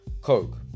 coke